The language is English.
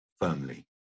firmly